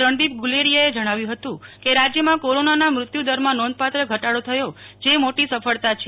રણદોપ ગુલેરીયાએ જણાવ્યું હત કે રાજયમાં કોરોનાના મત્યુદરમાં નોંધપાત્ર ઘટાડો થયો જે મોટી સફળતા છે